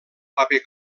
paper